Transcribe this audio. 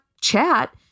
chat